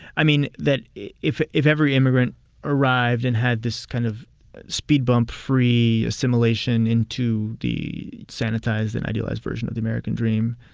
i mean that if if every immigrant arrived and had this kind of speed-bump-free assimilation into the sanitized and idealized version of the american dream,